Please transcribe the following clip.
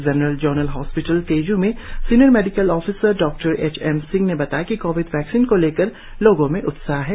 general zonal hospital तेज् के senior medical officer डॉ एचएम सिंह ने बताया कि कोविड वैक्सीन को लेकर लोगों में उत्साह है